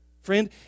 Friend